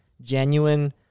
genuine